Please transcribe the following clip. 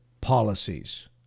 policies